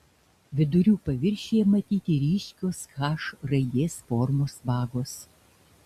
vidurių paviršiuje matyti ryškios h raidės formos vagos